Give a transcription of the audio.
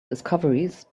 discoveries